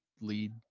lead